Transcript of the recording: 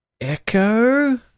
Echo